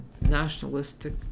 nationalistic